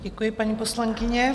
Děkuji, paní poslankyně.